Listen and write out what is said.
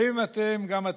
האם גם אתם,